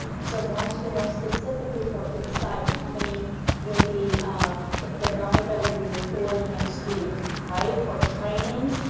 so once we know specifically for each site, how many will be the number that will be reporting next week, right for trainings,